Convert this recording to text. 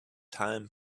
time